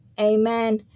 amen